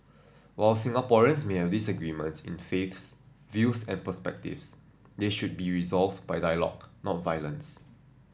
while Singaporeans may have disagreements in faiths views and perspectives they should be resolved by dialogue not violence